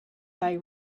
thy